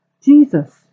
Jesus